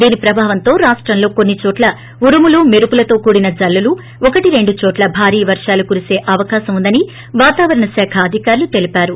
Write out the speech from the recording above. దీని ప్రభావంతో రాష్టంలో కొన్ని చోట్ల ఉరుములు మెరుపులతో కూడిన జల్లులు ఒకటి రెండు చోట్ల భారీ వర్షాలు కురిసే అవకాశం ఉందని వాతావరణ శాఖ అధికారులు తెలిపారు